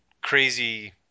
crazy